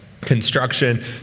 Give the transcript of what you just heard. Construction